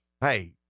Hey